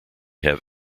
have